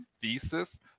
thesis